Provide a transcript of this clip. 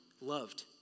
loved